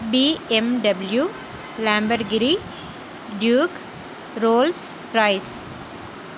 BMW Lamborghini duke Rolls Royce